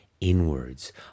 inwards